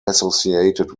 associated